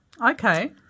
Okay